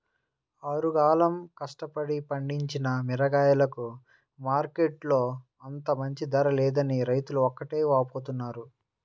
ఆరుగాలం కష్టపడి పండించిన మిరగాయలకు మార్కెట్టులో అంత మంచి ధర లేదని రైతులు ఒకటే వాపోతున్నారు